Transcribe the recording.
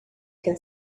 can